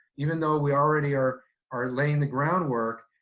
even though we already are are laying the groundwork,